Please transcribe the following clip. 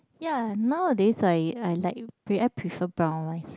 ya nowadays I I like I prefer brown rice